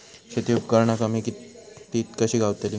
शेती उपकरणा कमी किमतीत कशी गावतली?